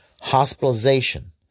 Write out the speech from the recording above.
Hospitalization